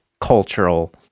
cultural